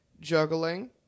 juggling